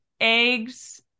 eggs